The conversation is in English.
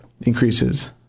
increases